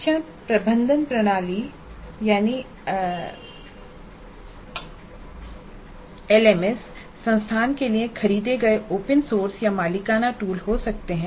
शिक्षण प्रबंधन प्रणाली संस्थान के लिए खरीदे गए ओपन सोर्स या मालिकाना टूल हो सकते हैं